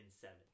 seven